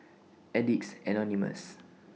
Addicts Anonymous